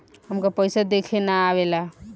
हमका पइसा देखे ना आवेला?